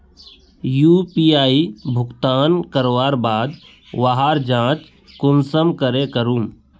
UPI भुगतान करवार बाद वहार जाँच कुंसम करे करूम?